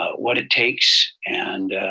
what it takes and